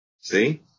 See